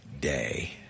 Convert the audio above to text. day